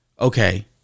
okay